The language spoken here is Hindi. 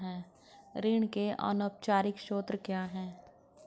ऋण के अनौपचारिक स्रोत क्या हैं?